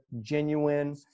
genuine